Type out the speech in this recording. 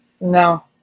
No